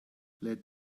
let